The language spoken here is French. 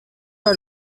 pas